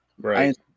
Right